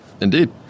Indeed